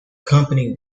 company